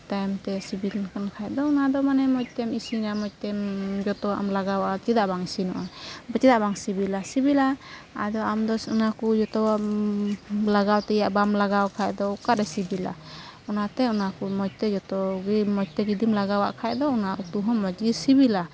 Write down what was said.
ᱛᱟᱭᱚᱢᱛᱮ ᱥᱤᱵᱤᱞᱢᱮ ᱠᱟᱱᱠᱷᱟᱡᱫᱚ ᱚᱱᱟᱫᱚ ᱢᱟᱱᱮ ᱢᱚᱡᱽ ᱛᱮᱢ ᱤᱥᱤᱱᱟ ᱢᱚᱡᱽᱛᱮᱢ ᱡᱚᱛᱚᱣᱟᱜᱮᱢ ᱞᱟᱜᱟᱣᱟ ᱪᱮᱫᱟᱜ ᱵᱟᱝ ᱤᱥᱤᱱᱚᱜᱼᱟ ᱪᱮᱫᱟᱜ ᱵᱟᱝ ᱥᱤᱵᱤᱞᱟ ᱥᱤᱵᱤᱞᱟ ᱟᱫᱚ ᱟᱢᱫᱚ ᱚᱱᱟᱠᱚ ᱡᱚᱛᱚᱢ ᱞᱟᱜᱟᱣᱛᱮᱭᱟᱜ ᱵᱟᱢ ᱞᱟᱜᱟᱣ ᱠᱷᱟᱡᱫᱚ ᱚᱠᱟᱨᱮ ᱥᱤᱵᱤᱞᱚᱜᱼᱟ ᱚᱱᱟᱛᱮ ᱚᱱᱟᱠᱚ ᱢᱚᱡᱽᱛᱮ ᱡᱚᱛᱚᱜᱮ ᱢᱚᱡᱽᱛᱮ ᱡᱚᱫᱤᱢ ᱞᱟᱜᱟᱣᱟᱜ ᱠᱷᱟᱡᱫᱚ ᱚᱱᱟ ᱩᱛᱩᱦᱚᱸ ᱢᱚᱡᱽᱜᱮ ᱥᱤᱵᱤᱞᱟ